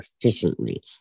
efficiently